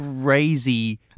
crazy